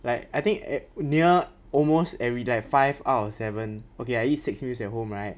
like I think at near almost every like five out of seven okay I eat six meals at home right